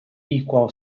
equal